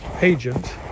agent